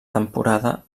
temporada